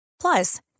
Plus